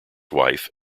wife